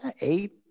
Eight